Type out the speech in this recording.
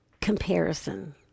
comparison